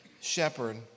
shepherd